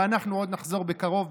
ואנחנו עוד נחזור בקרוב,